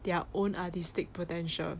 their own artistic potential